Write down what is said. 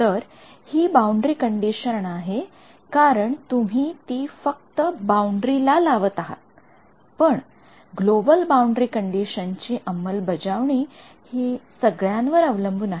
तर हि boundary condition आहे कारण तुम्ही ती फक्त बाउंडरी ला लावत आहात पण ग्लोबल बाउंडरी कंडिशन ची अंमलबजावणी या सगळ्यांवर अवलंबून आहे